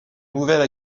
nouvelle